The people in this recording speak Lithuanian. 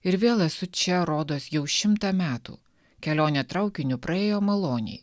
ir vėl esu čia rodos jau šimtą metų kelionė traukiniu praėjo maloniai